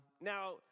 Now